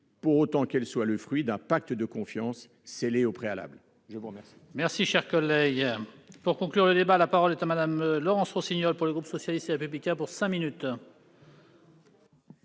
pour autant qu'elle soit le fruit d'un pacte de confiance scellé au préalable.